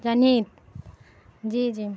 جنہت جی جی